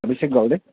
Abhishek Gawade